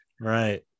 right